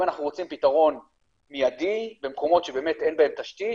אם אנחנו רוצים פתרון מיידי במקומות שבאמת אין בהם תשתית,